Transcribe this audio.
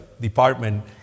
department